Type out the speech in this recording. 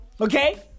Okay